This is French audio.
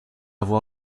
voir